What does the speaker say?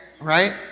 right